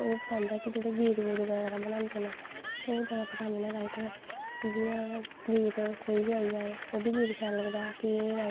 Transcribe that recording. कपड़ा रेट बड़ा ऐ जिन्ना कपड़ा मैह्गा होग उन्ना गै ओह्दा रेट जादा ऐ मतलव कि लैंदे कि असैं एह् कपड़ा इन्नां मैंह्गा ऐ असैं इन्नी सेआई लैनी ऐ